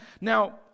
now